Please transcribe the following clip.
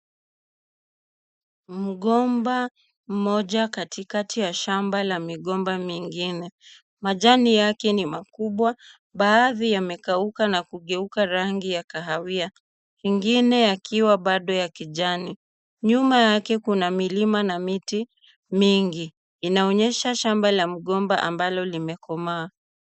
Mgomba mmoja katikati ya shamba la migomba mingine. Majani yake ni makubwa baadhi yamekauka na kugeuka rangi ya kahawia. Ingine yakiwa bado ya kijani. Nyuma yake kuna milima na miti mingi. Inaonyesha shamba la mgomba ambalo limekomaa.